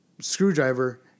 screwdriver